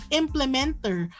implementer